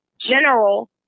general